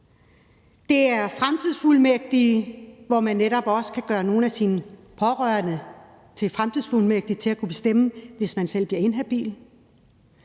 om fremtidsfuldmægtige, der handler om, at man netop kan gøre nogle af sine pårørende til fremtidsfuldmægtige, som også kan bestemme, hvis man selv bliver inhabil.